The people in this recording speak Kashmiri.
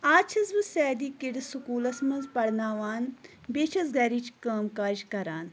آز چھَس بہٕ سیدی کِڈٕس سکوٗلَس منٛز پَرناوان بیٚیہِ چھَس گَھرِچۍ کٲم کاج کَران